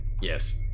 Yes